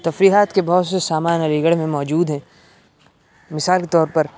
تفریحات کے بہت سے سامان علی گڑھ میں موجود ہیں مثال کے طور پر